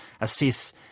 assess